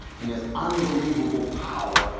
and there's unbelievable power,